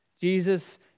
Jesus